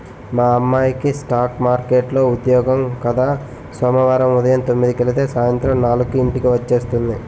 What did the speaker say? మా అమ్మాయికి స్ఠాక్ మార్కెట్లో ఉద్యోగం కద సోమవారం ఉదయం తొమ్మిదికెలితే సాయంత్రం నాలుక్కి ఇంటికి వచ్చేస్తుంది